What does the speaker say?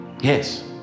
Yes